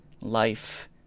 life